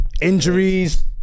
Injuries